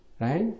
Right